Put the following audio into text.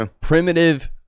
primitive